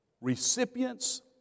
recipients